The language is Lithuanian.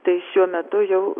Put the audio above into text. tai šiuo metu jau